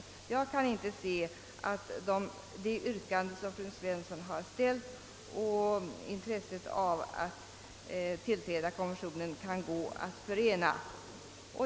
Jag kan inte se att de yrkanden som fru Svensson har framställt och intresset av att biträda konventionen går att förena.